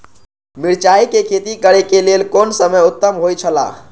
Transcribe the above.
मिरचाई के खेती करे के लेल कोन समय उत्तम हुए छला?